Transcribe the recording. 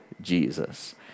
Jesus